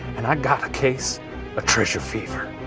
and i got a case of treasure fever.